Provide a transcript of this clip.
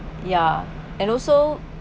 ya and also